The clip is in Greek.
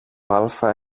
άλφα